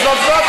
חברת